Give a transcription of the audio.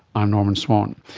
i'm norman swan.